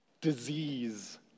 Disease